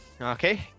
okay